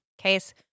case